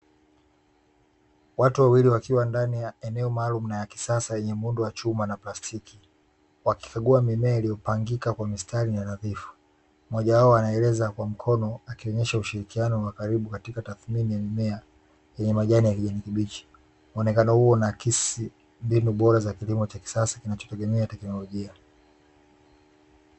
Watu wawili wakiwa ndani ya eneo maalumu na ya kisasa yenye muundo wa chuma na plastiki, wakikagua mimea, iliyopangika kwa mistari na nadhifu. Mmoja wao anaeleza kwa mkono akionyesha ushirikiano wa karibu katika tathmini ya mimea yenye majani ya kijani kibichi. Muonekano huo unaakisi mbinu bora za kilimo cha kisasa kinachotegemea teknolojia.